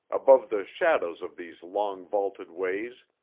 above the shadows of these long vaulted ways,